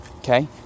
Okay